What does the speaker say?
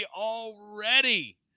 already